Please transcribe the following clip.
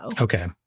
Okay